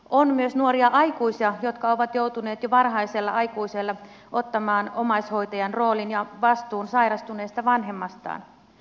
on myös nuoria aikuisia jotka ovat joutuneet jo varhaisella aikuisiällä ottamaan omaishoitajan roolin ja vastuun sairastuneesta vanhemmastaan